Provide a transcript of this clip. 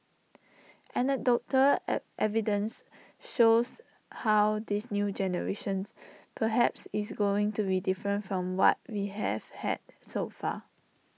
anecdotal envy evidence shows how this new generations perhaps is going to be different from what we have had so far